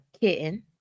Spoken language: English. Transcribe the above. Kitten